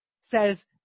says